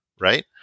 Right